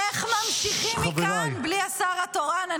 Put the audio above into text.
איך ממשיכים מכאן בלי השר התורן?